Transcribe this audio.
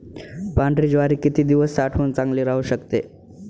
पांढरी ज्वारी किती दिवस साठवून चांगली राहू शकते?